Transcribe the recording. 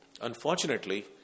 Unfortunately